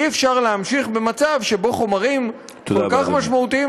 אי-אפשר להמשיך במצב שבו חומרים כל כך משמעותיים,